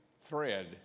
thread